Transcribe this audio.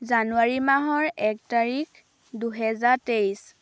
জানুৱাৰী মাহৰ এক তাৰিখ দুহেজাৰ তেইছ